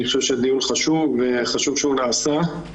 אני חושב שהדיון חשוב, וחשוב שהוא נעשה.